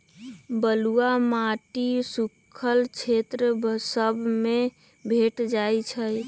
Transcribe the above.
बलुआ माटी सुख्खल क्षेत्र सभ में भेंट जाइ छइ